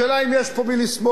השאלה היא אם יש פה על מי לסמוך.